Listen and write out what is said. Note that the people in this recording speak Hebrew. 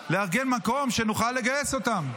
לארגן מקום, שנוכל לגייס אותם.